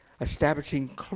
establishing